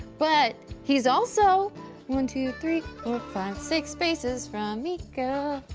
but he's also one, two, three, four, five, six spaces from mica,